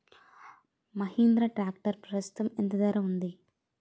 Mahindra tractor ప్రస్తుతం ఎంత ధర ఉంది?